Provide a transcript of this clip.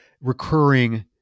recurring